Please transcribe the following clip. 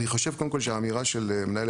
אני חושב קודם כל שהאמירה של מנהלת